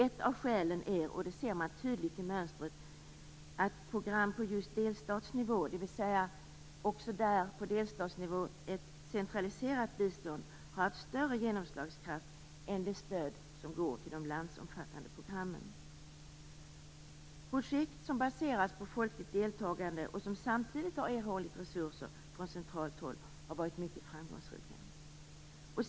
Ett av skälen är, det ser man tydligt i mönstret, att program på just delstatsnivå, också ett centraliserat bistånd på delstatsnivå, har större genomslagskraft än det stöd som går till de landsomfattande programmen. Projekt som baseras på folkligt deltagande och som samtidigt har erhållit resurser från centralt håll har varit mycket framgångsrika.